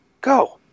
Go